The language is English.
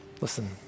Listen